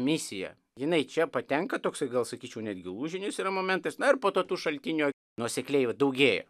misija jinai čia patenka toksai gal sakyčiau netgi lūžinis yra momentas na ar po tų šaltinių nuosekliai vat daugėja